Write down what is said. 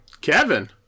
Kevin